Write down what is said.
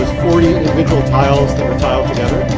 forty individual tiles that were tiled together